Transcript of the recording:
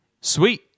sweet